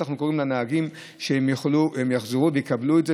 אנחנו קוראים לנהגים שהם יחזרו לקבל את זה,